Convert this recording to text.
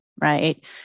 right